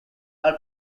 are